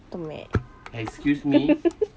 temek